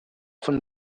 von